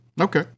okay